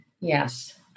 Yes